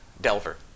Delver